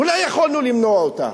אולי יכולנו למנוע אותה.